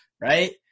right